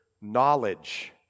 knowledge